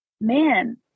man